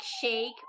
shake